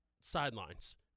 sidelines